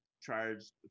charged